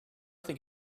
think